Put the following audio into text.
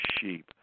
sheep